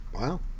Wow